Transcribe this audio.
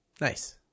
Nice